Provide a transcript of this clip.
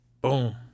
boom